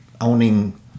owning